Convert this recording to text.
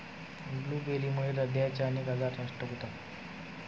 ब्लूबेरीमुळे हृदयाचे अनेक आजार नष्ट होतात